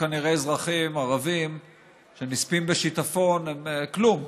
כנראה אזרחים ערבים שנספים בשיטפון הם כלום,